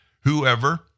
whoever